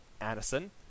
Anderson